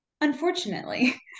Unfortunately